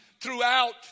throughout